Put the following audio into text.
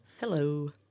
Hello